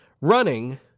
running